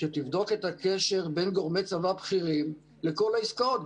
שתבדוק את הקשר בין גורמי צבא בכירים לכל העסקאות.